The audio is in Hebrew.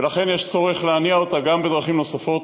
ולכן יש צורך להניע אותה גם בדרכים נוספות,